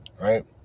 right